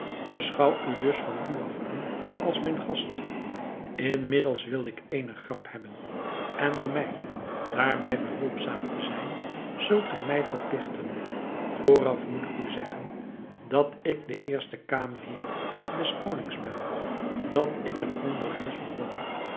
beschouw u dus van nu af aan als mijn gast inmiddels wil ik eene grap hebben en door mij daarbij behulpzaam te zijn zult gij mij verpligten vooraf moet ik u zeggen dat ik de eerste kamerheer des konings ben dat ik een ander huis bewoon